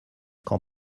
quand